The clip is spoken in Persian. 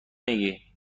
میگی